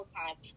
times